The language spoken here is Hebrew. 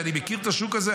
שאני מכיר את השוק הזה,